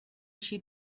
she